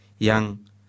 Yang